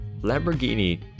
Lamborghini